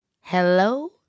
hello